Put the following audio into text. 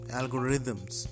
algorithms